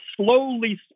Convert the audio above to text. slowly